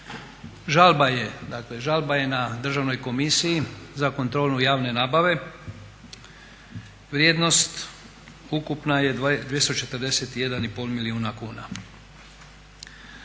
Žalba je na Državnoj komisiji za kontrolu javne nabave. Vrijednost ukupna je 241,5 milijun kuna.